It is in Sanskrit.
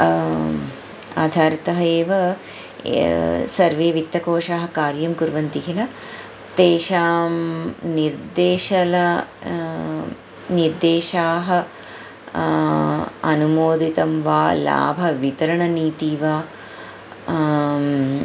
आधारतः एव सर्वे वित्तकोषाः कार्यं कुर्वन्ति किल तेषां निर्देशः निर्देशाः अनुमोदितं वा लाभवितरणीति वा